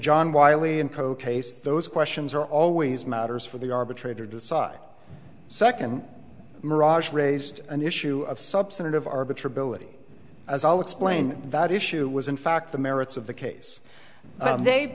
case those questions are always matters for the arbitrator decide second mirage raised an issue of substantive arbiter ability as i'll explain that issue was in fact the merits of the case they